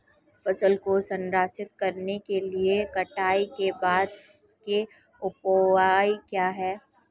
फसल को संरक्षित करने के लिए कटाई के बाद के उपाय क्या हैं?